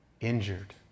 injured